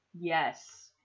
Yes